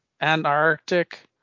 Antarctic